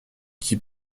qui